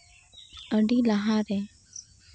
ᱟᱹᱰᱤ ᱞᱟᱦᱟ ᱨᱮ